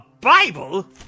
bible